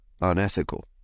unethical